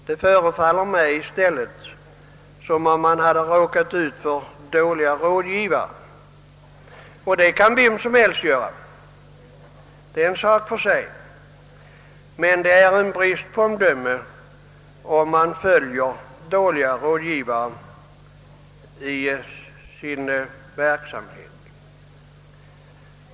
Det förefaller mig i stället som om man hade råkat ut för dåliga rådgivare. Det kan vem som helst göra, men det är en brist på omdöme om man följer dåliga rådgivare i sin verksamhet.